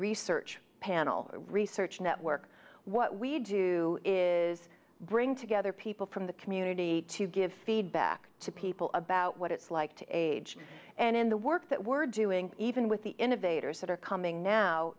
research panel research network what we do is bring together people from the community to give feedback to people about what it's like to age and in the work that we're doing even with the innovators that are coming now